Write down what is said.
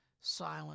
silent